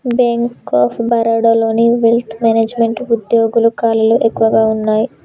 bank of బరోడాలోని wealth management వుద్యోగాల ఖాళీలు ఎక్కువగా వున్నయ్యి